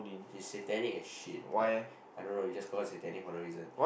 she's satanic as shit I I don't know we just call her satanic for no reason